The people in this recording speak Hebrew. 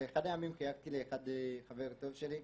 באחד מהימים חייגתי לחבר טוב שלי,